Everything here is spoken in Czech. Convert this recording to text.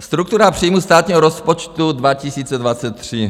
Struktura příjmů státního rozpočtu 2023.